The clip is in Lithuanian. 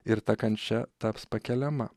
ir ta kančia taps pakeliama